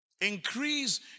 Increase